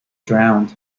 drowned